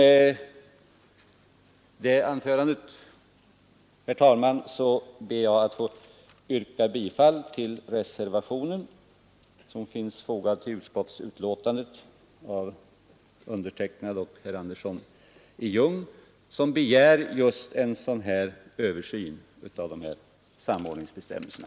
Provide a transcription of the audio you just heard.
Med detta anförande, herr talman, yrkar jag bifall till den vid utskottets betänkande fogade reservationen av mig och herr Andersson i Ljung, vari begärs just en översyn av samordningsbestämmelserna.